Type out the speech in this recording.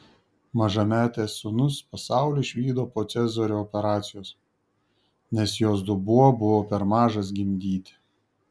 mažametės sūnus pasaulį išvydo po cezario operacijos nes jos dubuo buvo per mažas gimdyti